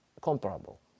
comparable